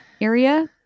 area